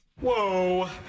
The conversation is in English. Whoa